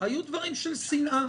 היו דברים של שנאה.